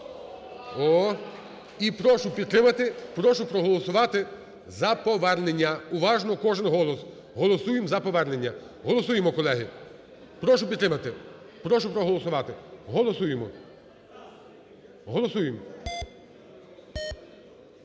І прошу підтримати. Прошу проголосувати за повернення. Уважно, кожен голос. Голосуємо за повернення. Голосуємо, колеги. Прошу підтримати, прошу проголосувати. Голосуємо! Голосуємо.